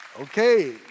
Okay